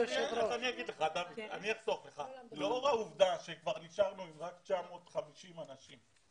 לאור העובדה שכבר נשארנו עם רק 950 אנשים,